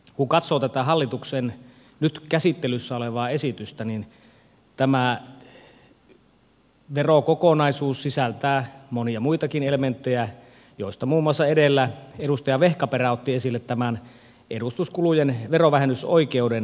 kun katsoo tätä hallituksen nyt käsittelyssä olevaa esitystä niin tämä verokokonaisuus sisältää monia muitakin elementtejä joista muun muassa edellä edustaja vehkaperä otti esille edustuskulujen verovähennysoikeuden poistamisen kokonaan